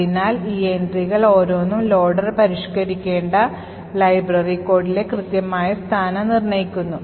അതിനാൽ ഈ എൻട്രികൾ ഓരോന്നും ലോഡർ പരിഷ്ക്കരിക്കേണ്ട ലൈബ്രറി കോഡിലെ കൃത്യമായ സ്ഥാനം നിർണ്ണയിക്കുന്നു